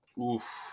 Oof